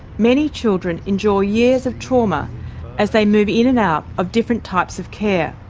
many children endure years of trauma as they move in and out of different types of care.